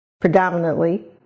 predominantly